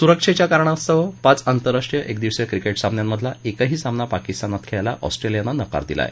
सुरक्षेच्या कारणास्तव पाच आंतरराष्ट्रीय एकदिवसीय क्रिकेट सामन्यांमधला एकही सामना पाकिस्तानमध्ये खेळायला ऑस्ट्रेलियानं नकार दिला आहे